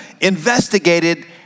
investigated